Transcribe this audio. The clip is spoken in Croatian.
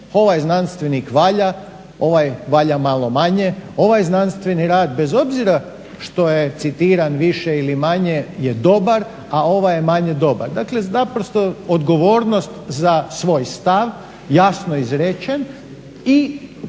ovaj znanstvenik valja, ovaj valja malo manje, ovaj znanstveni rad bez obzira što je citiran više ili manje je dobar, a ovaj je manje dobar. Dakle, naprosto odgovornost za svoj stav jasno izrečen i uvijek